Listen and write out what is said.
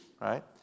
right